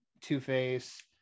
Two-Face